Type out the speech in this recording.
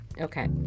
okay